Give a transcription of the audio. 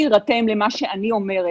לציבור קשה להירתם למה שאני אומרת.